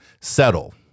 settle